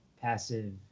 passive